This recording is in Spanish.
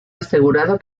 asegurado